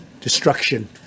destruction